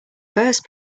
first